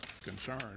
concern